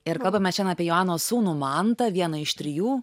ir kalbamės šian apie joanos sūnų mantą vieną iš trijų